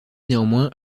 néanmoins